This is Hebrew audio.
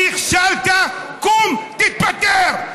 נכשלת, קום, תתפטר.